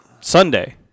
Sunday